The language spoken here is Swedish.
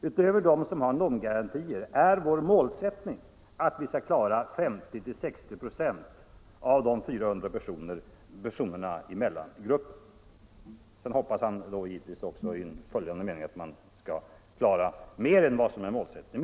Utöver dem som har NOM-garanti är vår målsättning att vi skall klara 50-60 96 av de 400 personerna i mellangrupperna.” I en följande mening hoppas han att man skall klara mer än vad som är målsättningen.